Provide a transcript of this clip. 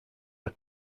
are